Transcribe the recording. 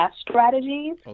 Strategies